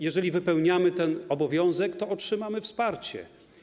Jeżeli wypełniamy ten obowiązek, to otrzymamy wsparcie.